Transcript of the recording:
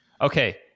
Okay